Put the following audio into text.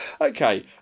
Okay